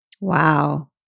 Wow